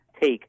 take